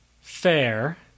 fair